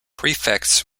prefects